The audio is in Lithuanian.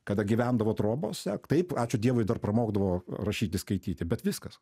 kada gyvendavo trobose taip ačiū dievui dar pramokdavo rašyti skaityti bet viskas